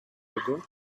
ago